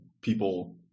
people